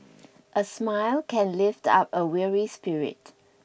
a smile can lift up a weary spirit